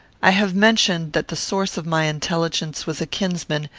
i have mentioned that the source of my intelligence was a kinsman,